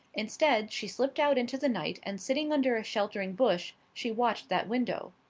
instead she slipped out into the night and sitting under a sheltering bush she watched that window.